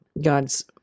God's